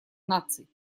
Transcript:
наций